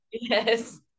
yes